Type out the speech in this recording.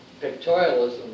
pictorialism